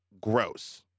gross